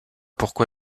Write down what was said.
pourquoi